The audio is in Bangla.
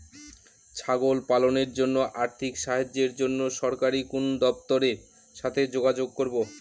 ছাগল পালনের জন্য আর্থিক সাহায্যের জন্য সরকারি কোন দপ্তরের সাথে যোগাযোগ করব?